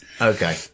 Okay